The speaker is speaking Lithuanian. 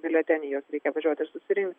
biuleteniai juos reikia važiuot ir susirinkt